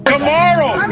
Tomorrow